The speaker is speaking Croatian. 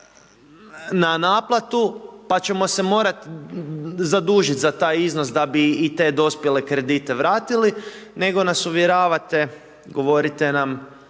na naplatu, pa ćemo se morati zadužiti za taj iznos da bi i te dospjele kredite vratili, nego nas uvjeravate, govorite nam